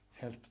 help